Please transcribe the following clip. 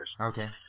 Okay